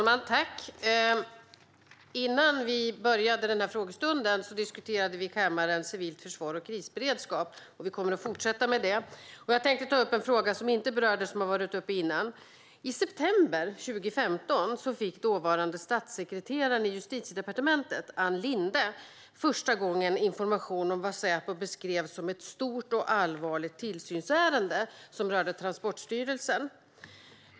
Herr talman! Innan den här frågestunden började diskuterade vi i kammaren civilt försvar och krisberedskap. Det kommer vi att fortsätta med. Jag tänkte ta upp en fråga som inte har berörts men som har varit uppe tidigare. I september 2015 fick dåvarande statssekreteraren på Justitiedepartementet, Ann Linde, för första gången information om vad Säpo beskrev som ett stort och allvarligt tillsynsärende. Det rörde Transportstyrelsen.